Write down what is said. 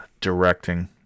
Directing